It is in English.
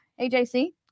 ajc